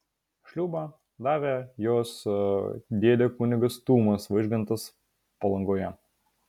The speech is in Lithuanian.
šliūbą davė jos dėdė kunigas tumas vaižgantas palangoje